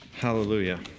Hallelujah